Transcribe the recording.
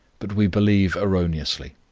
but we believe erroneously.